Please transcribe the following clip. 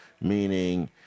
meaning